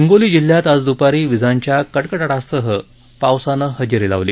हिंगोली जिल्ह्यात आज दुपारी विजांच्या कडकडाटासह पावसानं हजेरी लावली